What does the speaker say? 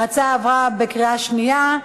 ההצעה עברה בקריאה שנייה.